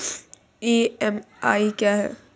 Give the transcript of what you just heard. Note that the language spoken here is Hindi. ई.एम.आई क्या है?